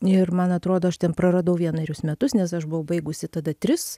ir man atrodo aš ten praradau vienerius metus nes aš buvau baigusi tada tris